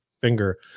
finger